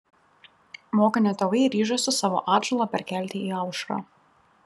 mokinio tėvai ryžosi savo atžalą perkelti į aušrą